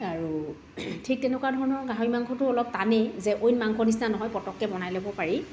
আৰু ঠিক তেনেকুৱা ধৰণৰ গাহৰি মাংসটো অলপ টানেই যে অইন মাংস নিচিনা নহয় যে পতককৈ বনাই ল'ব পাৰি